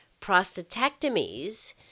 prostatectomies